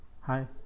Hi